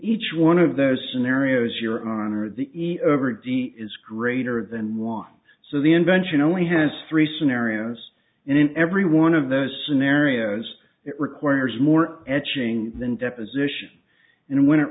each one of those scenarios your honor the iover d c is greater than wrong so the invention only has three scenarios and in every one of those scenarios it requires more etching than deposition and when it